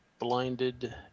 blinded